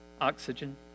Oxygen